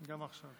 גם עכשיו.